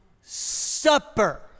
supper